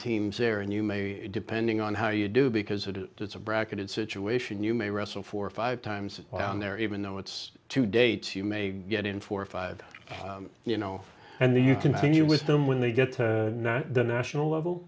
teams there and you may depending on how you do because it is it's a bracketed situation you may wrestle four or five times wow and there even though it's two dates you may get in four or five you know and the you continue with them when they get to the national level